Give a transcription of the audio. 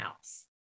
else